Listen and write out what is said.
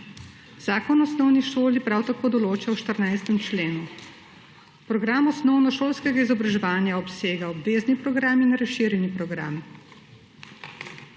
Zakon o osnovni šoli prav tako določa v 14. členu: »Program osnovnošolskega izobraževanja obsega obvezni program in razširjeni program.«